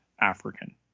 African